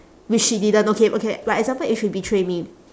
which she didn't okay okay but example if she betray me